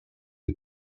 des